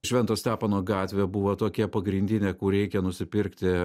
švento stepono gatvė buvo tokie pagrindinė kur reikia nusipirkti